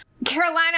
Carolina